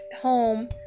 home